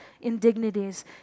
indignities